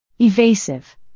Evasive